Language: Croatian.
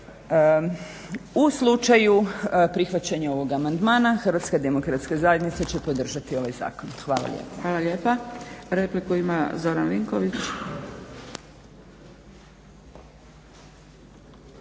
U slučaju prihvaćanja ovog amandmana Hrvatska demokratska zajednica će podržati ovaj zakon. Hvala lijepa. **Zgrebec, Dragica (SDP)** Hvala lijepa. Replika Zoran Vinković.